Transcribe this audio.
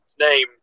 name